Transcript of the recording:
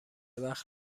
وقت